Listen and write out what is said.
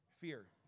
fear